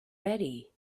ready